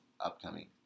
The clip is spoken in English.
upcoming